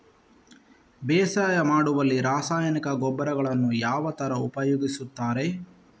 ಬೇಸಾಯ ಮಾಡುವಲ್ಲಿ ರಾಸಾಯನಿಕ ಗೊಬ್ಬರಗಳನ್ನು ಯಾವ ತರ ಉಪಯೋಗಿಸುತ್ತಾರೆ?